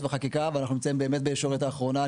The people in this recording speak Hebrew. וחקיקה ואנחנו נמצאים באמת בישורת האחרונה.